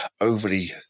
overly